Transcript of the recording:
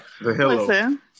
Listen